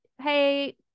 hey